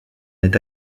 est